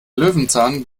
löwenzahn